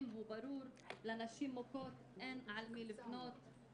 הוא ברור לנשים מוכות אין למי לפנות.